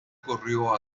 corrió